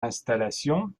installation